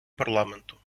парламенту